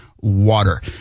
water